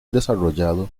desarrollado